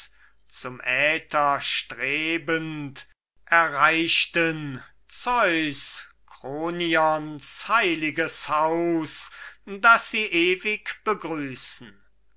zum äther strebend erreichten zeus kronions heiliges haus das sie ewig begrüßen